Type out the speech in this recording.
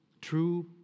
True